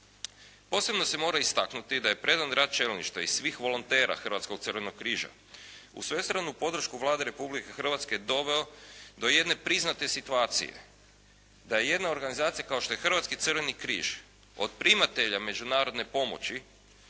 Posebno se mora istaknuti da je predan rad čelništva i svih volontera Hrvatskog crvenog križa uz svestranu podršku Vlade Republike Hrvatske doveo do jedne priznate situacije, da je jedna organizacija kao što je Hrvatski crveni križ od primatelja međunarodne pomoći